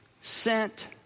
sent